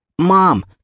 Mom